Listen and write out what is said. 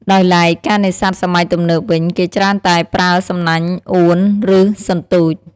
ដោយឡែកការនេសាទសម័យទំនើបវិញ គេច្រើនតែប្រើសំណាញ់ អួន ឬ សន្ទូច។